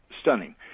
stunning